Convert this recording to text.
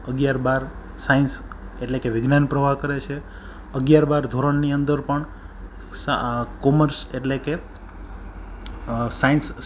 આ ઉપરાંત વરસાદને જેવી કુદરતી આફત જ્યારે આવતી હોય છે ત્યારે ગામડાઓના